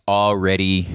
already